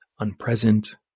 unpresent